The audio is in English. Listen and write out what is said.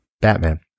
Batman